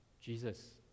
Jesus